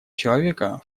человека